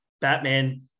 Batman